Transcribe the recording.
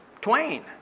twain